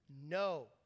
No